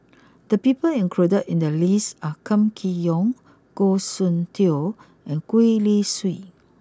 the people included in the list are Kam Kee Yong Goh Soon Tioe and Gwee Li Sui